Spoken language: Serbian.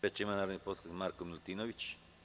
Reč ima narodni poslanik Marko Milutinović.